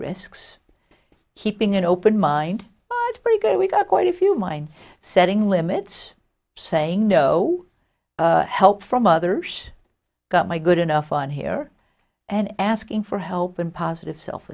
risks keeping an open mind is pretty good we got quite a few mind setting limits saying no help from others got my good enough on here and asking for help and positive self